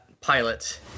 pilot